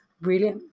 brilliant